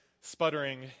sputtering